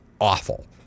awful